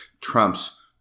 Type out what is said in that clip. trumps